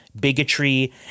bigotry